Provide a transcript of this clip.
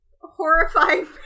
horrifying